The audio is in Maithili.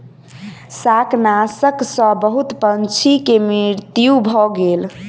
शाकनाशक सॅ बहुत पंछी के मृत्यु भ गेल